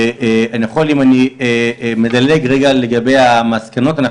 ואם אני מדלג רגע על המסקנות,